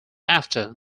after